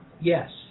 yes